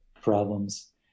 problems